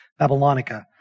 Babylonica